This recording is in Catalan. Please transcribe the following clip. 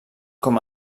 com